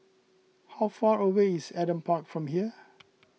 how far away is Adam Park from here